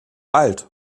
alt